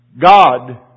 God